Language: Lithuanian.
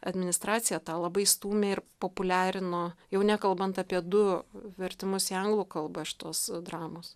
administracija tą labai stūmė ir populiarino jau nekalbant apie du vertimus į anglų kalbą iš tos dramos